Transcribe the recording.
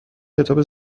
کتاب